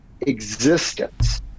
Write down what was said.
existence